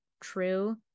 true